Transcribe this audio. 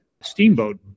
Steamboat